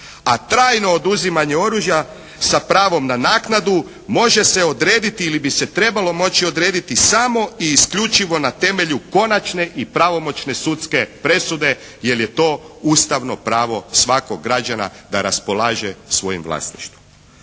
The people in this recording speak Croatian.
A trajno oduzimanje oružja sa pravom na naknadu može se odrediti ili bi se trebalo moći odrediti samo i isključivo na temelju konačne i pravomoćne sudske presude jer je to ustavno pravo svakog građana da raspolaže svojim vlasništvo.